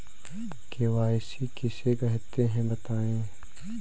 KYC किसे कहते हैं बताएँ?